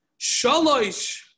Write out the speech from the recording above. Shalosh